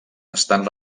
estan